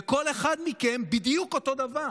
וכל אחד מכם בדיוק אותו דבר.